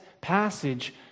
passage